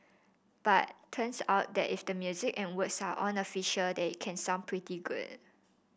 but turns out that if the music and words are unofficial then it can sound pretty good